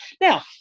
Now